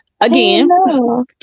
again